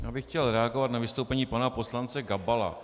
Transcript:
Já bych chtěl reagovat na vystoupení pana poslance Gabala.